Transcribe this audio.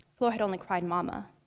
flor had only cried mama.